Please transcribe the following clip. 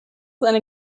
eine